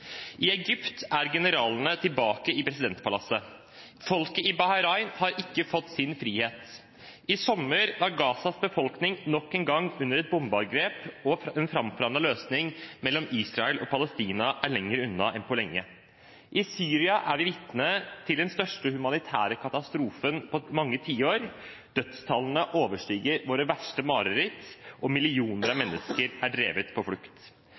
I Egypt er generalene tilbake i presidentpalasset. Folket i Bahrain har ikke fått sin frihet. I sommer var Gazas befolkning nok en gang under bombeangrep, og en framforhandlet løsning mellom Israel og Palestina er lenger unna enn på lenge. I Syria er vi vitne til den største humanitære katastrofen på mange tiår. Dødstallene overstiger våre verste mareritt, og millioner av mennesker er drevet på flukt.